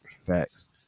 Facts